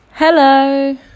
Hello